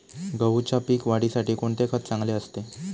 गहूच्या पीक वाढीसाठी कोणते खत चांगले असते?